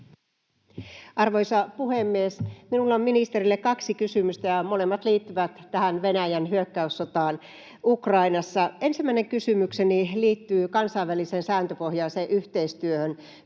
Arvoisa puhemies! Minulla on ministerille kaksi kysymystä, ja molemmat liittyvät Venäjän hyökkäyssotaan Ukrainassa. Ensimmäinen kysymykseni liittyy kansainväliseen sääntöpohjaiseen yhteistyöhön.